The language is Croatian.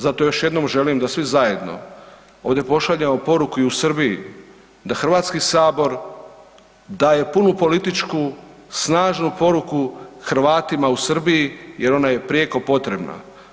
Zato još jednom želim da svi zajedno ovdje pošaljemo poruku i u Srbiji da Hrvatski sabor daje punu političku snažnu poruku Hrvatima u Srbiji jer ona je prijeko potrebna.